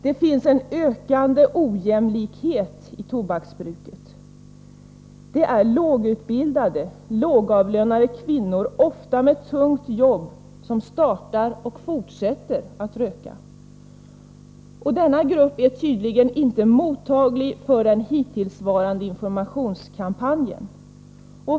Det finns en ökande ojämlikhet i tobaksbruket. Det är lågutbildade lågavlönade kvinnor — ofta med tungt jobb — som börjar och fortsätter att röka. De är tydligen inte mottagliga för den hittillsvarande informationskampanjen.